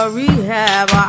rehab